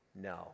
No